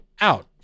out